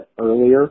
earlier